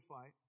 fight